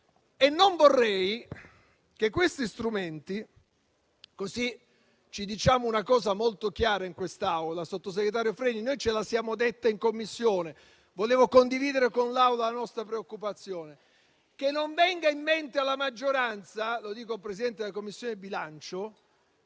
costruire misure di spesa. Vorrei dire una cosa molto chiara in quest'Aula, sottosegretario Freni; noi ce la siamo detta in Commissione, ma vorrei condividere con l'Aula la nostra preoccupazione. Non venga in mente alla maggioranza - lo dico al Presidente della Commissione bilancio